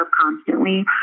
constantly